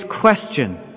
question